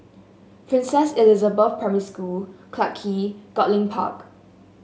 Princess Elizabeth Primary School Clarke Quay Goodlink Park